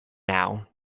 now